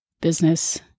business